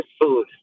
food